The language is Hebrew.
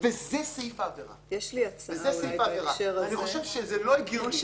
ותכף אני אומר למה גורם זר